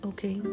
Okay